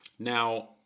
Now